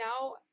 now